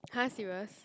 !huh! serious